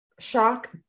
shock